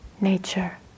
nature